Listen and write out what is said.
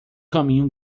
caminho